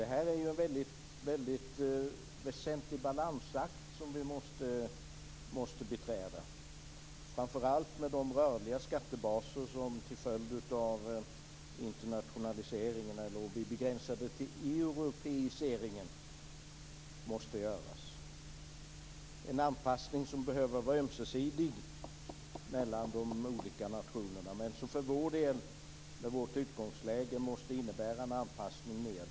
Det är en väsentlig balansakt som vi måste klara, framför allt med de rörliga skattebaser som måste till som följd av europiseringen. Detta är en anpassning som behöver vara ömsesidig mellan de olika nationerna. För oss med vårt utgångsläge måste det innebära en anpassning nedåt.